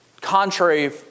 Contrary